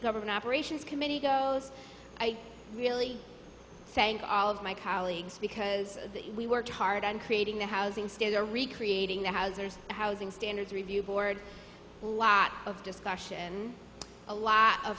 government operations committee go i really thank all of my colleagues because we worked hard on creating the housing stay there recreating the hauser's housing standards review board a lot of discussion a lot of